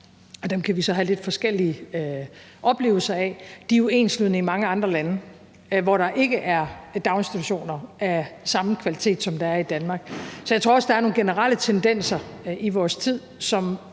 og dem kan vi så have lidt forskellige oplevelser af – jo er enslydende i mange andre lande, hvor der ikke er daginstitutioner af samme kvalitet, som der er i Danmark. Så jeg tror også, at der er nogle generelle tendenser i vores tid, som